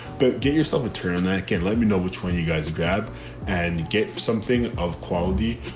but get yourself a turtleneck and let me know between you guys, grab and get something of quality.